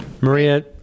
Maria